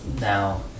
now